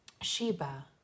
Sheba